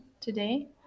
today